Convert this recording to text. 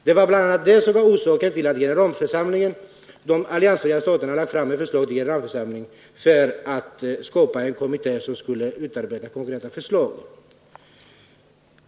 Det var bl.a. det som var orsaken till att de alliansfria staterna lade fram ett förslag till generalförsamlingen för att skapa en kommitté som skulle utarbeta konkreta förslag.